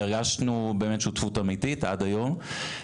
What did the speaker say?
הרגשנו באמת שותפות אמיתית, עד היום.